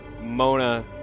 Mona